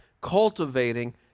cultivating